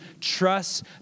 Trust